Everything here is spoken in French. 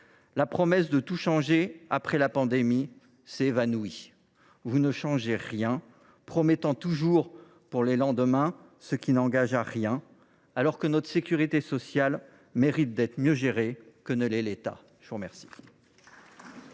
La promesse de tout changer après la pandémie s’est évanouie. Vous ne changez rien, promettant toujours pour demain, ce qui ne vous engage à rien, alors que notre sécurité sociale mérite d’être mieux gérée que ne l’est l’État. La parole